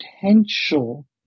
potential